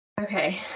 okay